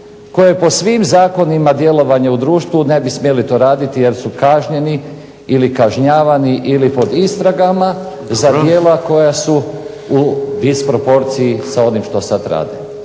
kojoj po svim zakonima djelovanje u društvu ne bi smjeli to raditi, jer su kažnjeni ili kažnjavani ili pod istragama za djela koja su u disproporciji sa onim što sad rade.